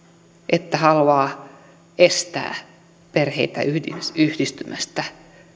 että haluaa estää perheitä yhdistymästä